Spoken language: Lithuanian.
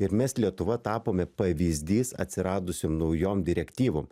ir mes lietuva tapome pavyzdys atsiradusiom naujom direktyvom